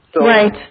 Right